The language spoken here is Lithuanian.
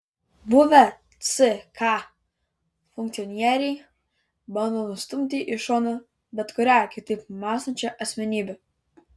buvę ck funkcionieriai bando nustumti į šoną bet kurią kitaip mąstančią asmenybę